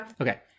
Okay